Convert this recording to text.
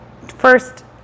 first